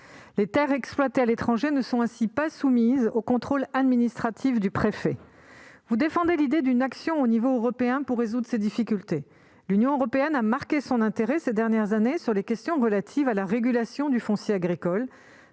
Les terres exploitées à l'étranger ne sont ainsi pas soumises au contrôle administratif du préfet. Mme Belrhiti défend l'idée d'une action à l'échelon européen pour résoudre ces difficultés. L'Union européenne a marqué son intérêt, au cours des dernières années, pour les questions relatives à la régulation du foncier agricole